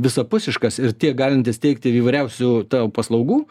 visapusiškas ir tiek galintis teikti įvairiausių tau paslaugų